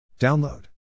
Download